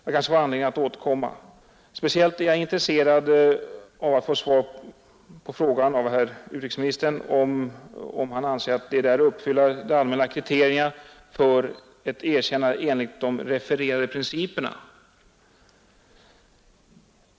Jag kanske får anledning att återkomma, Speciellt är jag intresserad av att få ett svar på frågan om herr utrikesministern anser DDR uppfylla de allmänna kriterierna för ett erkännande enligt de refererade principerna.